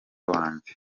wanjye